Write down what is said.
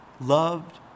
loved